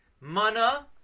Mana